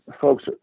folks